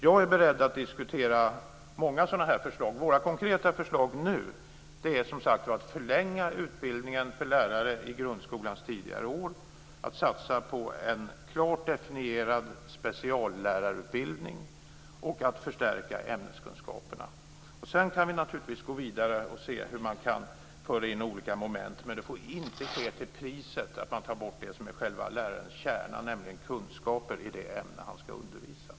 Jag är beredd att diskutera många sådana här förslag. Våra konkreta förslag nu handlar som sagt om att förlänga utbildningen för lärare i grundskolans tidigare år, att satsa på en klart definierad speciallärarutbildning och att förstärka ämneskunskaperna. Sedan kan vi naturligtvis gå vidare och se hur man kan föra in olika moment. Men det får inte ske till priset av att man tar bort det som är själva kärnan för läraren, nämligen kunskaper i det ämne som denne ska undervisa i.